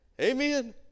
Amen